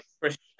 Christian